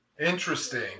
Interesting